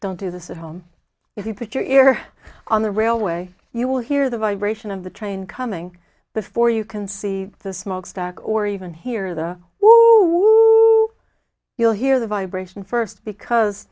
don't do this at home if you put your ear on the railway you will hear the vibration of the train coming before you can see the smokestack or even hear the who you'll hear the vibration first because